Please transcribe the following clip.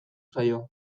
zaio